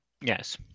Yes